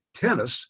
tennis